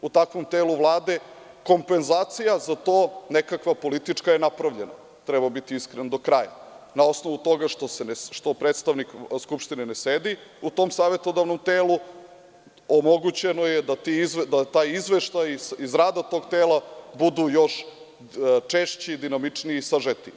U takvom telu Vlade kompenzacija za to, nekakva politička je napravljena, treba biti iskren do kraja na osnovu toga što predstavnik Skupštine ne sedi u tom savetodavnom telu, omogućeno je da taj izveštaj iz rada tog tela budu još češći, dinamičniji, sažetiji.